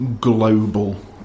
global